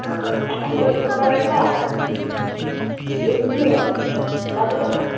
हाँ जैसे करेला है भिंडी है कद्दू है